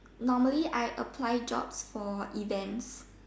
normally I apply jobs for events